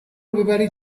ببرید